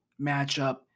matchup